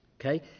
Okay